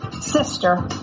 sister